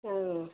ஆ